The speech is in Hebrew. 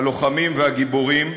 הלוחמים והגיבורים,